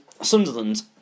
Sunderland